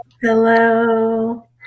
Hello